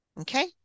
okay